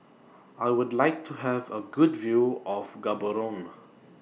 I Would like to Have A Good View of Gaborone